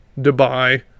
Dubai